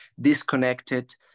disconnected